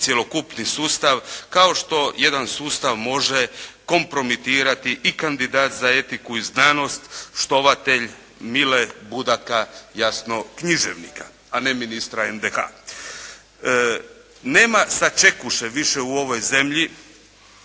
cjelokupni sustav kao što jedan sustav može kompromitirati i kandidat za etiku i znanost štovatelj Mile Budaka jasno književnika, a ne ministra NDH-a. Nema “sačekuše“ više u ovoj zemlji